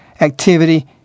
activity